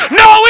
no